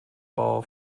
ball